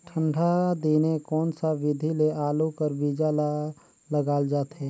ठंडा दिने कोन सा विधि ले आलू कर बीजा ल लगाल जाथे?